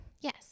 Yes